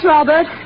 Robert